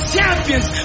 Champions